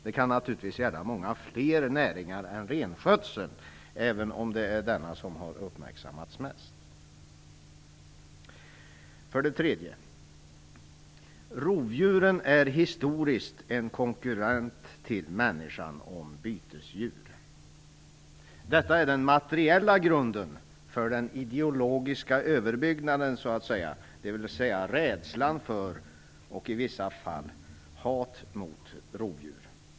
Det kan naturligtvis gälla många fler näringar än renskötseln, även om det är denna som har uppmärksammats mest. För det tredje är rovdjuren historiskt en konkurrent till människan om bytesdjur. Detta är den materiella grunden för den ideologiska överbyggnaden så att säga, dvs. rädslan för och, i vissa fall, hatet mot rovdjur.